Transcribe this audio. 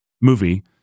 movie